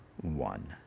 one